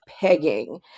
Pegging